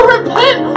repent